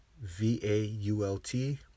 V-A-U-L-T